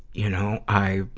you know, i,